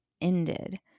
ended